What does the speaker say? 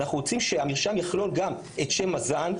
אנחנו רוצים שהמרשם יכלול גם את שם הזן,